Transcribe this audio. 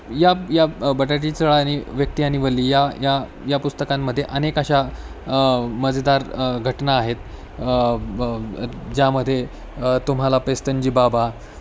या या बटाट्याची चाळ आणि व्यक्ती आणि वल्ली या या या पुस्तकांमध्ये अनेक अशा मजेदार घटना आहेत ब ज्यामध्ये तुम्हाला पेस्तनजी बाबा